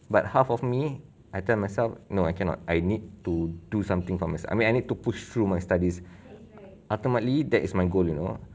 but half of me I tell myself no I cannot I need to do something from us I mean I need to push through my studies ultimately that is my goal you know